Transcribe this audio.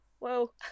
whoa